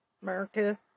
America